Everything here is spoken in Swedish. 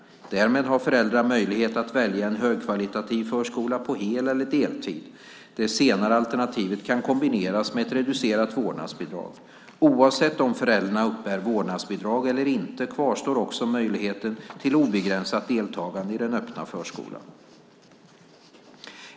Därmed har föräldrar möjlighet att välja en högkvalitativ förskola på hel eller deltid. Det senare alternativet kan kombineras med ett reducerat vårdnadsbidrag. Oavsett om föräldrarna uppbär vårdnadsbidrag eller inte kvarstår också möjligheten till obegränsat deltagande i den öppna förskolan.